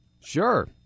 Sure